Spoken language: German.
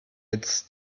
jetzt